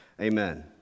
Amen